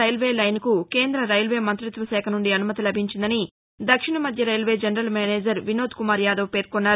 railway లైన్కు కేంద్ర railway మంత్రిత్వ శాఖ నుండి అనుమతి లభించిందని దక్షిణ మధ్య railway general manager Vinodkumar Yadav పేర్కొన్నారు